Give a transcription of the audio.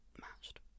Matched